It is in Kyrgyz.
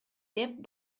деп